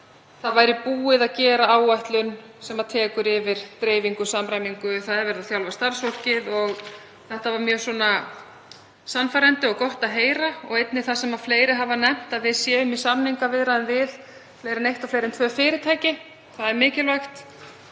búið væri að gera áætlun sem tekur yfir dreifingu og samræmingu og verið væri að þjálfa starfsfólkið. Þetta var mjög sannfærandi og gott að heyra. Einnig það sem fleiri hafa nefnt, að við séum í samningaviðræðum við fleiri en eitt og fleiri en tvö fyrirtæki. Það er mikilvægt.